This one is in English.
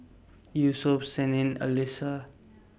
Yusuf Senin Alyssa